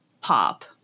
pop